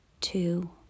two